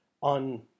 on